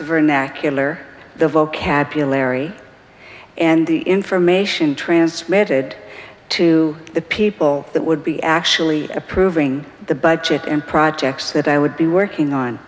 vernacular the vocabulary and the information transmitted to the people that would be actually approving the budget and projects that i would be working on